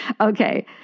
okay